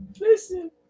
Listen